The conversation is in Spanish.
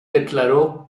declaró